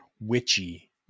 witchy